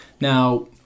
Now